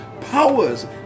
powers